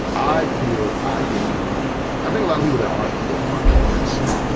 i feel i get numb. um i think lot of people that aren't, that aren't depressed,